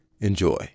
Enjoy